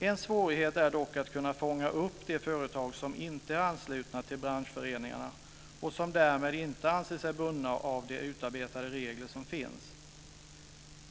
En svårighet är dock att kunna fånga upp de företag som inte är anslutna till branschföreningarna och som därmed inte anser sig bundna av de utarbetade regler som finns.